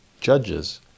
judges